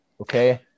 okay